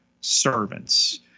servants